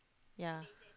yea